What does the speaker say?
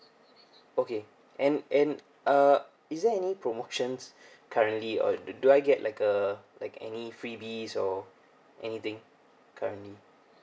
okay and and uh is there any promotions currently or do I get like uh like any freebies or anything currently